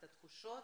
את התחושות,